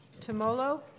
Tomolo